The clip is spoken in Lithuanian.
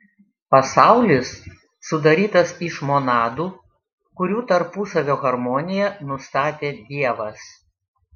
pasaulis sudarytas iš monadų kurių tarpusavio harmoniją nustatė dievas